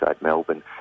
Melbourne